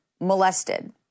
molested